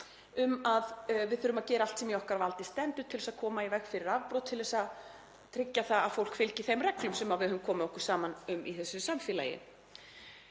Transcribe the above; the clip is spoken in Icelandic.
um að við þurfum að gera allt sem í okkar valdi stendur til að koma í veg fyrir afbrot, til að tryggja að fólk fylgi þeim reglum sem við höfum komið okkur saman um í þessu samfélagi.